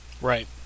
Right